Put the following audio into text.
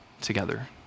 together